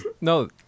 No